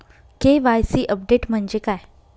KYC update म्हणजे काय?